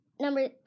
Number